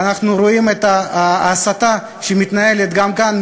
ואנחנו רואים את ההסתה שמתנהלת גם כאן,